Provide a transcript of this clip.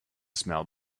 smell